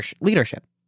leadership